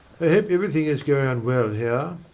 i hope everything is going on well here?